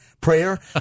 prayer